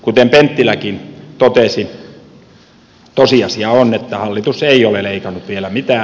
kuten penttiläkin totesi tosiasia on että hallitus ei ole leikannut vielä mitään